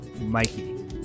Mikey